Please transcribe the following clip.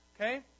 Okay